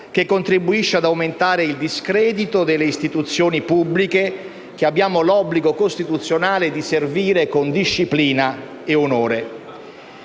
che contribuisce ad aumentare il discredito delle istituzioni pubbliche che abbiamo l'obbligo costituzionale di servire con disciplina e onore.